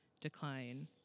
decline